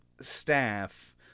staff